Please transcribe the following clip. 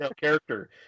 character